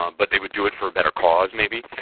um but they would do it for a better cause maybe.